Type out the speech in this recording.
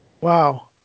wow